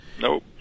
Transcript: Nope